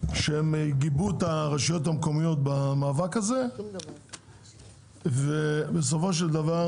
שגיבו את הרשויות המקומיות במאבק הזה ובסופו של דבר